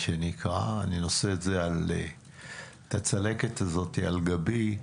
אני נושא את הצלקת הזאת על גבי.